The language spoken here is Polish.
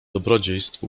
dobrodziejstw